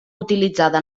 utilitzada